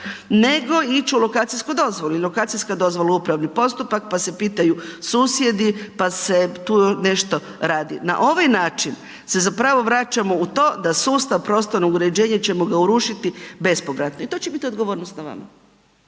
nego ići u lokacijsku dozvolu i lokacijska dozvola je upravni postupak pa se pitaju susjedi, pa se tu nešto radi. Na ovaj način se zapravo vraćamo u to da sustav prostornog uređenja ćemo ga urušiti bespovratno i to će biti odgovornost na vama.